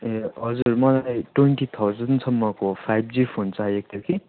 ए हजुर मलाई ट्वेन्टी थाउजनसम्मको फाइभ जी फोन चाहिएको थियो कि